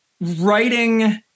writing